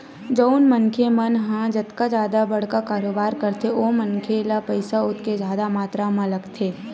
जउन मनखे मन ह जतका जादा बड़का कारोबार करथे ओ मनखे ल पइसा ओतके जादा मातरा म लगथे